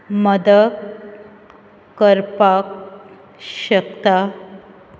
मदत करपाक शकता